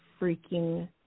freaking